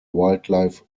wildlife